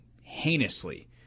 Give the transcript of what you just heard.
heinously